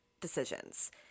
decisions